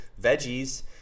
veggies